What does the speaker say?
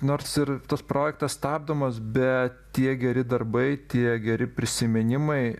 nors ir tas projektas stabdomas bet tie geri darbai tie geri prisiminimai